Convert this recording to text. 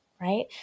right